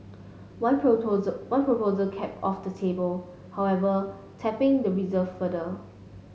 one one proposal kept off the table however tapping the reserve further